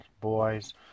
boys